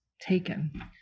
taken